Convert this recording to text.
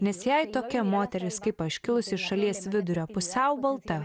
nes jei tokia moteris kaip aš kilusi iš šalies vidurio pusiau balta